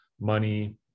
money